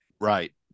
Right